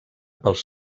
pels